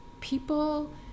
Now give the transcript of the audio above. people